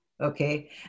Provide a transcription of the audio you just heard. Okay